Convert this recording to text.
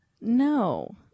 No